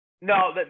No